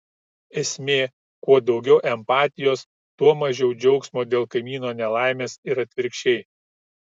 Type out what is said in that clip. esmė kuo daugiau empatijos tuo mažiau džiaugsmo dėl kaimyno nelaimės ir atvirkščiai